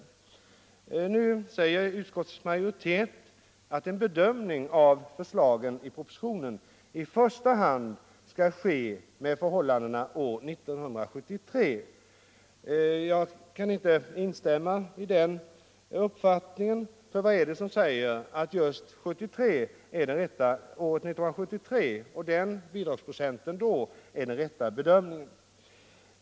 Nu säger utskottets majoritet att en bedömning av förslagen i propositionen i första hand skall ske med utgångspunkt i förhållandena år 1973. Jag kan inte instämma i den uppfattningen, för vad är det som säger att just året 1973 och den bidragsprocent som då utgick är det rätta att utgå från?